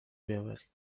بیاورید